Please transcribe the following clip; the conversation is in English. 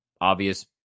Obvious